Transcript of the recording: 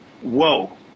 Whoa